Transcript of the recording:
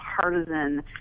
partisan